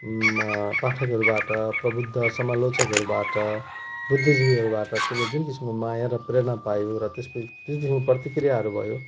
पाठकहरूबाट प्रभुत्व समालोचकहरूबाट बुद्धिजीवीहरूबाट त्यसले जुन किसिमको माया र प्रेरणा पायो र त्यस त्यसको प्रतिक्रियाहरू भयो